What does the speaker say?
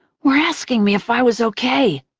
were asking me if i was okay.